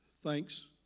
Thanks